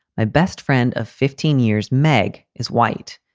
my best friend of fifteen years, meg, is white.